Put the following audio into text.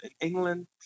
england